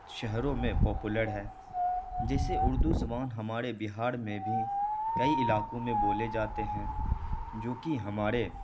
شہروں میں پاپولر ہے جیسے اردو زبان ہمارے بہار میں بھی کئی علاقوں میں بولے جاتے ہیں جو کہ ہمارے